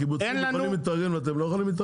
הקיבוצים יכולים להתארגן אתם לא יכולים להתארגן?